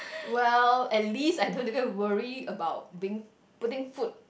well at least I don't have to go worry about being putting food